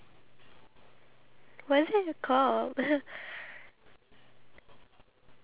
if the stem or the stalk breaks I don't know if I'm supposed to cut it or just leave it there